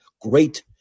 great